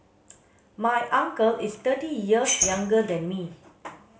my uncle is thirty years younger than me